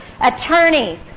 attorneys